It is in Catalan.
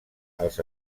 als